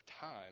time